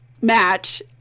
match